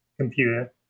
Computer